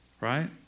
Right